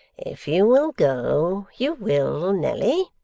if you will go, you will, nelly.